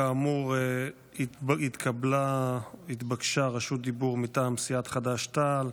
כאמור, התבקשה רשות דיבור מטעם סיעת חד"ש-תע"ל.